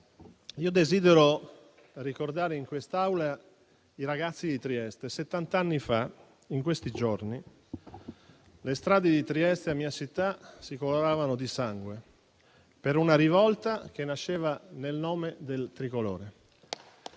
desidero ricordare in quest'Aula i ragazzi di Trieste. Settant'anni fa, in questi giorni, le strade di Trieste, la mia città, si coloravano di sangue per una rivolta che nasceva nel nome del Tricolore.